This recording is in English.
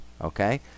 Okay